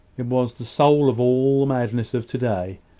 it was the soul of all the madness of to-day.